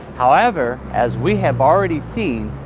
however, as we have already seen,